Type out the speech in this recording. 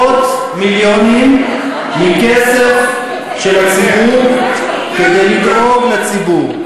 עשרות מיליונים מכסף של הציבור כדי לדאוג לציבור.